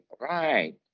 right